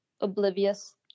oblivious